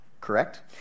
correct